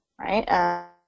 right